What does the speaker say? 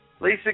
Lisa